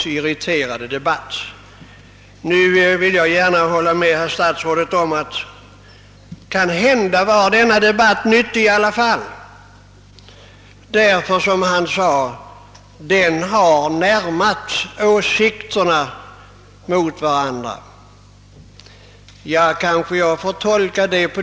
Jag vill emellertid hålla med statsrådet om att den debatten kanske ändå varit nyttig, eftersom den har närmat åsikterna till varandra.